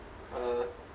uh